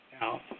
Now